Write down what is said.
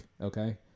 okay